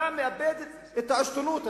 אתה מאבד את העשתונות,